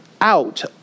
out